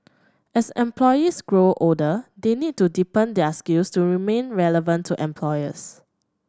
as employees grow older they need to deepen their skills to remain relevant to employers